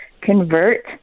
convert